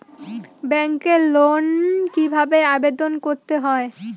ব্যাংকে লোন কিভাবে আবেদন করতে হয়?